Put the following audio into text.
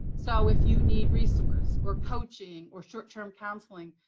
so if you need resource, or coaching, or short-term counseling,